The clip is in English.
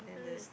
ah